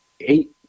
eight